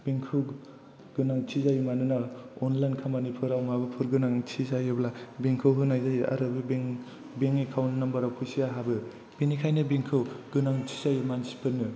bank खौ गोनांथि जायो मानोना अनलाइन खामानिफोराव माबाफोर गोनांथि जायोब्ला बेंक खौ होनाय जायो आरो बे बेंक एकाउन्ट नामबार आव फैसाया हाबो बेनिखायनो बेंक खौ गोनांथि जायो मानसिफोरनो